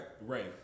Right